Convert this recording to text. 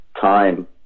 time